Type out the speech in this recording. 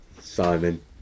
Simon